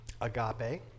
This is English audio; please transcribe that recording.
agape